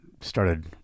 started